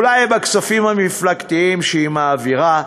אולי בכספים המפלגתיים שהיא מעבירה.